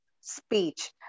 speech